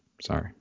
sorry